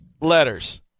letters